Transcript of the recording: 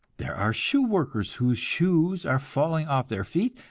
there are shoe-workers whose shoes are falling off their feet,